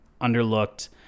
underlooked